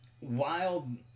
Wild